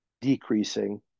decreasing